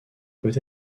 peut